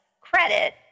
credit